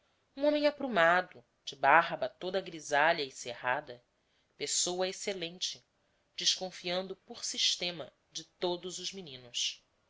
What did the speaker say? um homem aprumado de barba toda grisalha e cerrada pessoa excelente desconfiando por sistema de todos os meninos